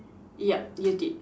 yup you did